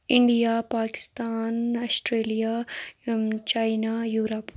India Pakistan Australia China Europe